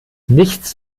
nichts